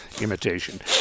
imitation